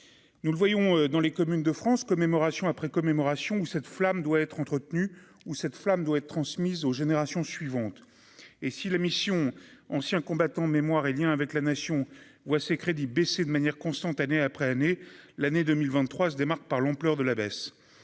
nous le voyons dans les communes de France commémoration après commémoration ou cette flamme doit être entretenu ou cette flamme doit être transmise aux générations suivantes : et si la mission Anciens combattants, mémoire et Liens avec la nation voit ses crédits baisser de manière constante, année après année, l'année 2023 se démarque par l'ampleur de la baisse,